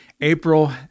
April